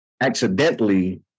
accidentally